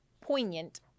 poignant